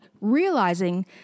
realizing